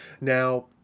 Now